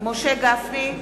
משה גפני,